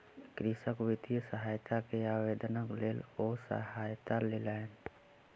कृषक वित्तीय सहायता के आवेदनक लेल ओ सहायता लेलैन